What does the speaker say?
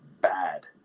bad